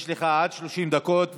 יש לך עד 30 דקות.